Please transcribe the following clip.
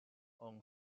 own